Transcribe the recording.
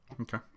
Okay